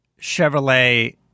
Chevrolet